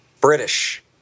British